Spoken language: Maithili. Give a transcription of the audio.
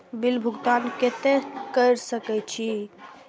बिल भुगतान केते से कर सके छी?